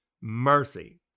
mercy